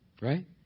right